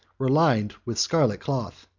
were lined with scarlet cloth.